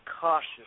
cautious